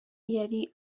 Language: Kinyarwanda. yari